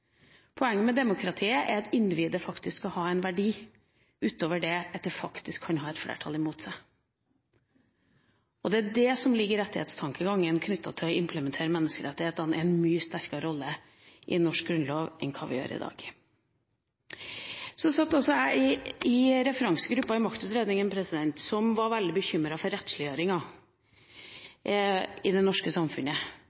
Poenget med demokratiet er at individet faktisk skal ha en verdi utover det at det kan ha et flertall imot seg. Det er det som ligger i rettighetstankegangen knyttet til å implementere menneskerettighetene i en mye sterkere rolle i norsk grunnlov enn hva de har i dag. Jeg satt i referansegruppa knyttet til maktutredninga, som var veldig bekymret for